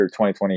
2020